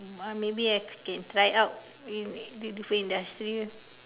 uh maybe I can try out in different industry lah